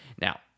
Now